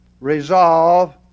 resolve